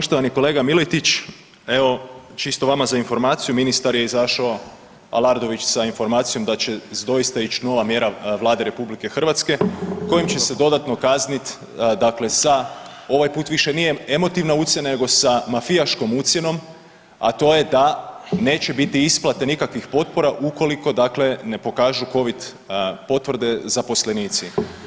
Poštovani kolega Miletić, evo čisto vama za informaciju, ministar je izašao Aladrović sa informacijom da će doista ić nova mjera Vlada RH kojom će se dodatno kaznit dakle sa, ovaj put više nije emotivna ucjena, nego sa mafijaškom ucjenom, a to je da neće biti isplate nikakvih potpora ukoliko dakle ne pokažu covid potvrde zaposlenici.